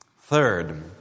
Third